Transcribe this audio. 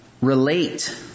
relate